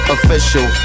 Official